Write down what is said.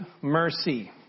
mercy